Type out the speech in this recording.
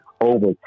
over